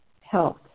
health